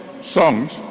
songs